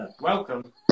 Welcome